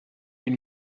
une